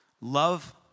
love